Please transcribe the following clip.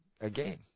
again